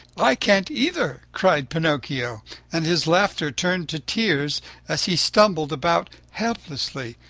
i can't either, cried pinocchio and his laughter turned to tears as he stumbled about helplessly.